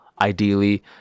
Ideally